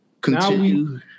Continue